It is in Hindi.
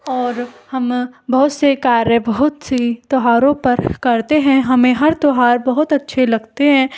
और हम बहुत से कार्य बहुत सी त्योहारों पर करते हैं हमें हर त्यौहार बहुत अच्छे लगते हैं